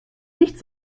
nicht